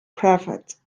cravat